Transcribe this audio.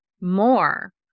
more